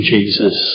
Jesus